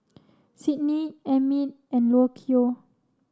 Sydney Emmitt and Lucio